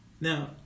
Now